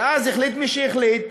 ואז החליט מי שהחליט,